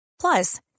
plus